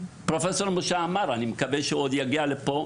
פרופ' משה עמאר אני מקווה שהוא עוד יגיע לפה.